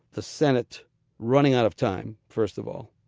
the senate running out of time, first of all,